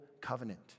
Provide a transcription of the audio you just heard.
covenant